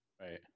Right